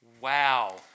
Wow